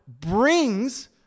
brings